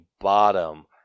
bottom